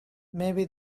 maybe